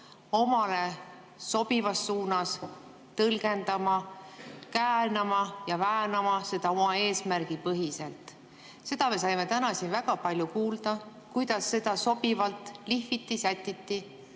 omale sobivas suunas tõlgendama, käänama ja väänama seda oma eesmärgi põhiselt. Seda me saime täna siin väga palju kuulda, kuidas seda sobivalt lihviti, sätiti.